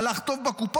הלך טוב בקופות,